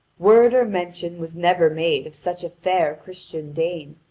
word or mention was never made of such a fair christian dame,